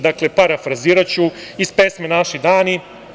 Dakle, parafraziraću iz pesme „Naši dani“